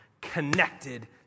connected